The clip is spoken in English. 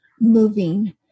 moving